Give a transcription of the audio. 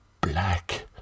black